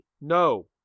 No